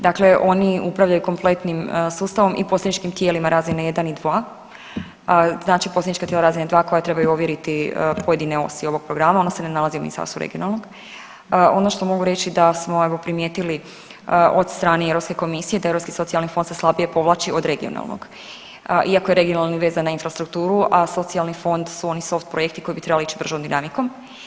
Dakle oni upravljaju kompletnim sustavom i posredničkim tijelima razine 1 i 2, znači posrednička tijela razine 2 koja trebaju ovjeriti pojedine osi ovog Programa, ono se ne nalazi u ministarstvu regionalnog, ono što mogu reći da smo evo, primijetili od strane i EK da Europski socijalni fond se slabije povlači od regionalnog, iako je regionalni vezan na infrastrukturu, a socijalni fond su oni soft projekti koji bi trebali ići bržom dinamikom.